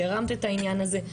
שהרמת את העניין הזה.